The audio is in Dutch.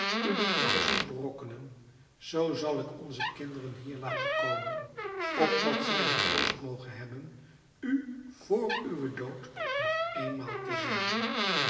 u den dood zult berokkenen zoo zal ik onze kinderen hier laten komen opdat zij den troost mogen hebben u voor uwen dood nog éénmaal te zien